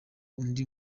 undi